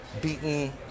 beaten